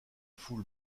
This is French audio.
foule